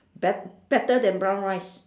bet~ better than brown rice